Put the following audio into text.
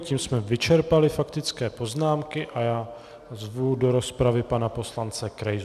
Tím jsme vyčerpali faktické poznámky a já zvu do rozpravy pana poslance Krejzu.